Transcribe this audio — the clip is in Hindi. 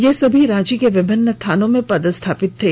ये सभी रांची के विभिन्न थानों में पदस्थापित थे